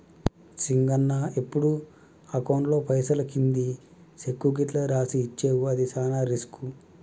సింగన్న ఎప్పుడు అకౌంట్లో పైసలు కింది సెక్కు గిట్లు రాసి ఇచ్చేవు అది సాన రిస్కు